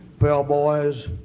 bellboys